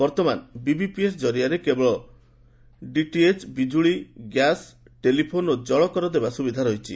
ବର୍ତ୍ତମାନ ବିବିପିଏସ୍ ଜରିଆରେ କେବଳ ଡିଟିଏସ୍ ବିଜୁଳୀ ଗ୍ୟାସ୍ ଟେଲିଫୋନ୍ ଓ ଜଳ କର ଦେବାର ସୁବିଧା ରହିଛି